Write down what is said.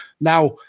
Now